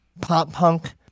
pop-punk